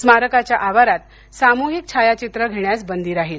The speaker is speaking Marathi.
स्मारकाच्या आवारात सामूहिक छायाचित्रे घेण्यास बंदी राहील